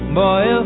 boy